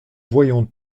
voyons